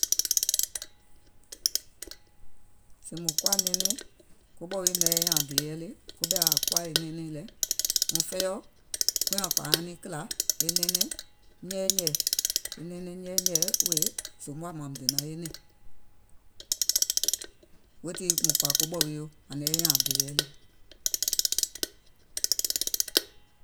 Sèè mùŋ koà nɛɛnɛŋ kobɛ̀ wii maŋ yai nyààŋ dèè yɛi le, koɓɛ̀i ȧŋ koȧ nɛɛnɛɛ̀ŋ lɛ, wɔŋ fɛiɔ̀ kuŋ àŋ kɔ̀à aŋ niŋ kìlà nɛɛnɛŋ nyɛɛ nyɛ̀ɛ̀, e nɛɛnɛŋ nyɛɛ nyɛ̀ɛ̀ wèè sèèùm woà mààŋ muŋ dènȧŋ e nɛ̀ŋ, weètii mùŋ kɔ̀ȧ koɓɛ̀ wii yo àŋ naŋ yɛi nyȧȧŋ dèè yɛi le.